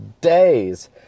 days